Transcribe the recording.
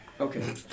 Okay